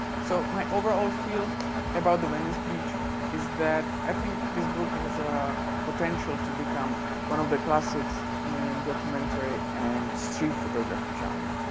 so my overall feel about the venice beach is that i think this book has ah potential to become one of the classics in documentary and street photography genre.